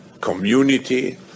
community